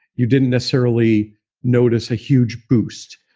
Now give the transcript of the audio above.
you didn't necessarily notice a huge boost.